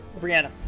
Brianna